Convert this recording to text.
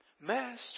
Master